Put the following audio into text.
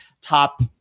top